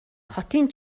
хотын